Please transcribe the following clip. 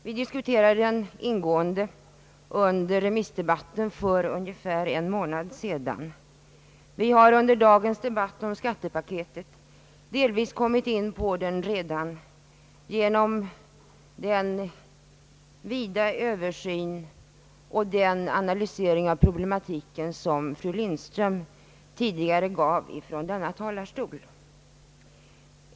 Vi diskuterade den ingående under remissdebatten för ungefär en månad sedan, och vi har under dagens debatt om skattepaketet redan delvis kommit in på problemet genom den vida översyn och analys av problematiken, som fru Lindström nyss gav från denna talarstol.